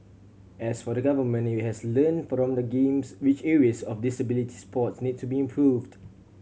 as for the Government it will has learnt from the Games which areas of disability sports need to be improved